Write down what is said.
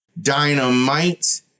Dynamite